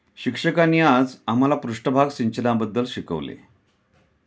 शिक्षकांनी आज आम्हाला पृष्ठभाग सिंचनाबद्दल शिकवले